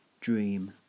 Dream